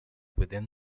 within